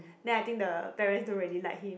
then I think the parents don't really like him